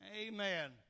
Amen